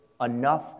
enough